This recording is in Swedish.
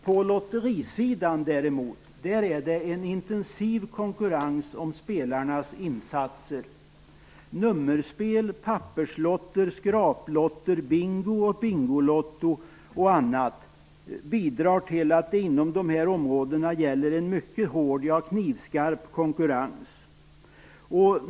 På lotterisidan är det däremot en intensiv konkurrens om spelarnas insatser. Nummerspel, papperslotter, skraplotter, bingo, bingolotto och annat bidrar till att det inom de här områdena råder en mycket hård, ja knivskarp, konkurrens.